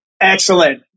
Excellent